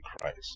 Christ